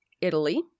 Italy